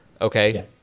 okay